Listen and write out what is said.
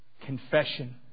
confession